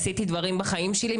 עשיתי דברים בחיים שלי,